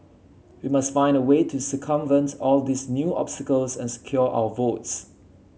we must find a way to circumvent all these new obstacles and secure our votes